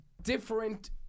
Different